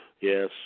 Yes